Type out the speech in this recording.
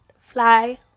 fly